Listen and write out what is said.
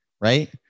Right